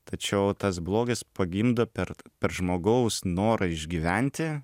tačiau tas blogis pagimdo per per žmogaus norą išgyventi